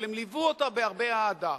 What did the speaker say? אבל הם ליוו אותה בהרבה אהדה,